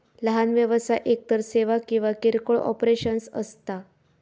लहान व्यवसाय एकतर सेवा किंवा किरकोळ ऑपरेशन्स असता